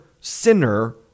sinner